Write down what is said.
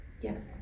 Yes